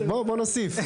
בואו נוסיף.